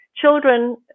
children